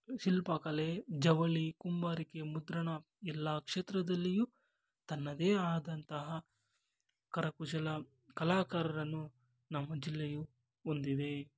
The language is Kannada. ಶಿಲ್ಪಕಲೆ ಜವಳಿ ಕುಂಬಾರಿಕೆ ಮುದ್ರಣ ಎಲ್ಲ ಕ್ಷೇತ್ರದಲ್ಲಿಯೂ ತನ್ನದೇ ಆದಂತಹ ಕರಕುಶಲ ಕಲಾಕಾರರನ್ನು ನಮ್ಮ ಜಿಲ್ಲೆಯು ಹೊಂದಿವೆ